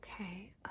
Okay